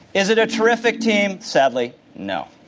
is it a terrific team? sadly, no.